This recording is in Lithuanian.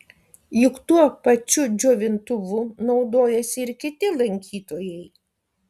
juk tuo pačiu džiovintuvu naudojasi ir kiti lankytojai